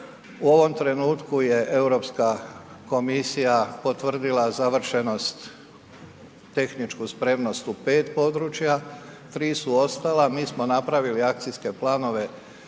U ovom trenutku je Europska komisija potvrdila završenost, tehničku spremnost u 5 područja, 3 su ostala, mi smo napravili akcijske planove